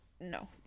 No